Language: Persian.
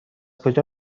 کجا